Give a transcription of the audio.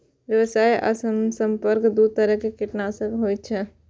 व्यवस्थित आ संपर्क दू तरह कीटनाशक होइ छै